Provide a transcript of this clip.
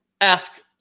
ask